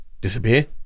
disappear